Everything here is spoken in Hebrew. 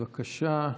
בבקשה,